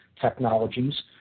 technologies